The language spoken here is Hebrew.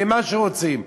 למה שרוצים,